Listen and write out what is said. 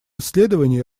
исследований